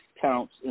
counts